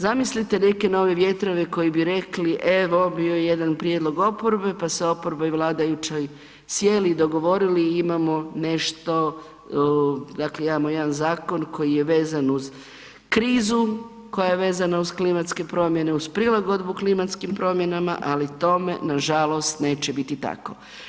Zamislite neke nove vjetrove koji bi rekli, evo bio je jedan prijedlog oporbe pa se oporba i vladajući sjeli i dogovorili i imamo nešto, dakle imamo jedan zakon koji je vezan uz krizu koja je vezana uz klimatske promjene, uz prilagodbu klimatskim promjenama, ali tome nažalost neće biti tako.